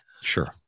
Sure